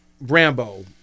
Rambo